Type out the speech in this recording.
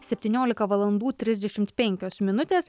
septyniolika valandų trisdešimt penkios minutės